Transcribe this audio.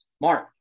Mark